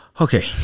Okay